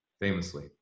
famously